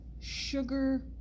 sugar